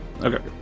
Okay